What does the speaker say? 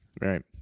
right